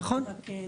נכון.